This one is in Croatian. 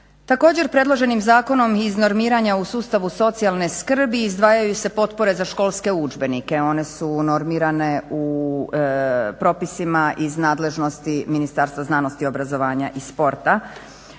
Također predloženim zakonom iz normiranja u sustavu socijalne skrbi izdvajaju se potpore za školske udžbenike. One su normirane u propisima iz nadležnosti Ministarstva znanosti, obrazovanja i sporta,